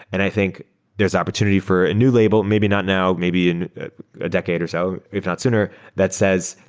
and i think there's opportunity for a new label, maybe not now, maybe in a decade or so, if not sooner that says,